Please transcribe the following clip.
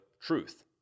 truth